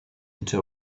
into